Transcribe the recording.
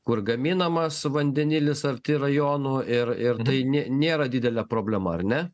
kur gaminamas vandenilis arti rajonų ir ir tai nė nėra didelė problema ar ne